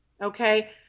Okay